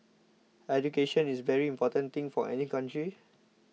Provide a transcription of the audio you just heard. education is a very important thing for any country